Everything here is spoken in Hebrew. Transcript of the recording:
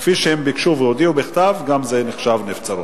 כפי שהם ביקשו והודיעו בכתב, גם זה נחשב נבצרות.